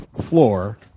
floor